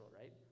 right